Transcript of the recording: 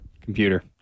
Computer